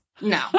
No